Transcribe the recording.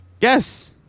Yes